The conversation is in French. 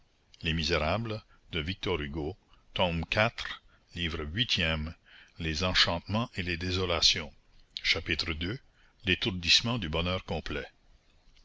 livre huitième les enchantements et les désolations chapitre i pleine lumière chapitre ii l'étourdissement du bonheur complet